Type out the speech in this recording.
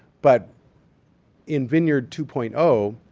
but in vineyard two point o,